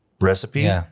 recipe